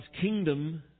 kingdom